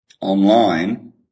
online